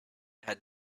had